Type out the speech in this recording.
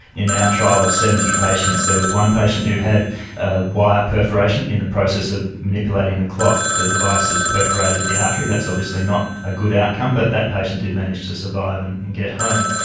in our trial of seventy patients there was one patient who had a wire perforation in the process of manipulating the clot, the device has perforated the artery. that's obviously not a good outcome, but that patient did manage to survive and and get home.